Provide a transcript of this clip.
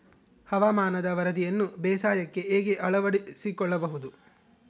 ಹವಾಮಾನದ ವರದಿಯನ್ನು ಬೇಸಾಯಕ್ಕೆ ಹೇಗೆ ಅಳವಡಿಸಿಕೊಳ್ಳಬಹುದು?